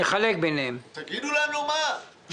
אלא רק שתגידו לנו מה הולך לאן.